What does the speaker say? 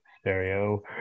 Stereo